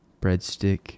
Breadstick